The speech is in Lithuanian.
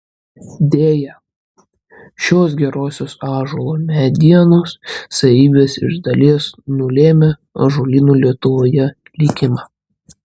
deja šios gerosios ąžuolo medienos savybės iš dalies nulėmė ąžuolynų lietuvoje likimą